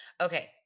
Okay